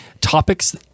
topics